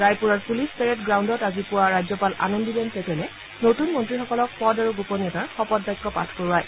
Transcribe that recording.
ৰায়পুৰৰ police parade গ্ৰাউণ্ডত আজি পুৱা ৰাজ্যপাল আনন্দিবেন পেটেলে নতন মন্ত্ৰীসকলক পদ আৰু গোপনীয়তাৰ শপতবাক্য পাঠ কৰোৱায়